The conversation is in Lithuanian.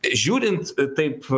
žiūrint taip